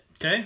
Okay